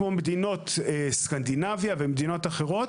כמו מדינות סקנדינביה ומדינות אחרות,